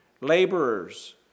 laborers